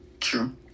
True